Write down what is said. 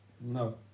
no